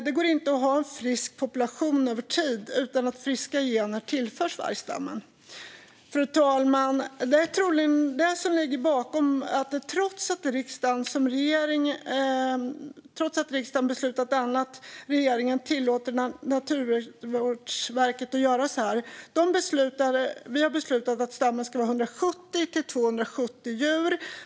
Det går inte att ha en frisk population över tid utan att friska gener tillförs vargstammen. Fru talman! Det är troligen det som ligger bakom att regeringen, trots att riksdagen beslutade annat, tillåtit Naturvårdverket att göra så här. Vi har beslutat att stammen ska vara 170-270 djur.